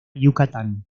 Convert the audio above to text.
yucatán